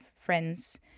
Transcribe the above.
friends